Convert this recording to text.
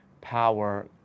power